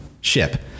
ship